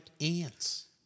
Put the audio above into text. ants